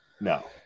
No